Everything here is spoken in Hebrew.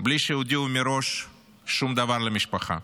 בלי שהודיעו מראש דבר למשפחה.